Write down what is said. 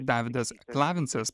davidas klavintsas